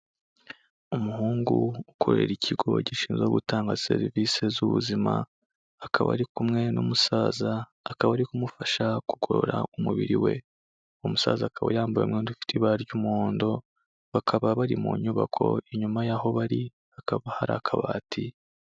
Umuhungu ukorera ikigo gishinzwe gutanga serivisi z'ubuzima, akaba ari kumwe n'umusaza, akaba ari kumufasha kugorora umubiri we, umusaza akaba yambaye umwenda ufite ibara ry'umuhondo, bakaba bari mu nyubako, inyuma y'aho bari hakaba hari akabati.